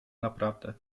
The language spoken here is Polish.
naprawdę